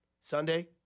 Sunday